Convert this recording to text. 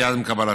מייד עם קבלתן.